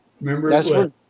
Remember